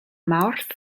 mawrth